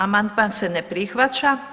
Amandman se ne prihvaća.